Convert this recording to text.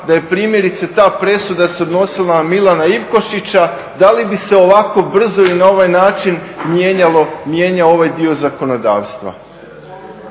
da je primjerice ta presuda se odnosila na Milana Ivkošića da li bi se ovako brzo i na ovaj način mijenjao ovaj dio zakonodavstva?